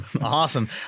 Awesome